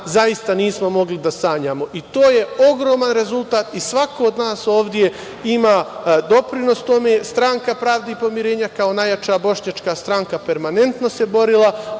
zaista nismo mogli da sanjamo. To je ogroman rezultat i svako od nas ovde ima doprinos tome. Stranka pravde i pomirenja kao najjača bošnjačka stranka permanentno se borila